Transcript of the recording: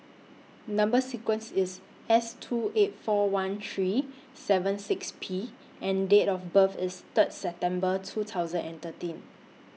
Number sequence IS S two eight four one three seven six P and Date of birth IS Third September two thousand and thirteen